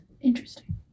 interesting